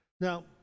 Now